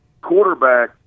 Quarterback